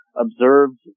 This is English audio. observed